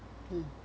mm